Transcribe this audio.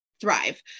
thrive